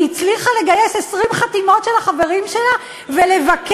היא הצליחה לגייס 20 חתימות של החברים שלה ולבקש